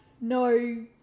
no